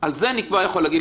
צריכים להתקיים.